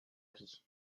vie